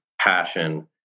passion